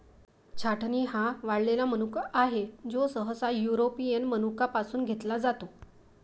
छाटणी हा वाळलेला मनुका आहे, जो सहसा युरोपियन मनुका पासून घेतला जातो